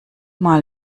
mal